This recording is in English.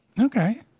Okay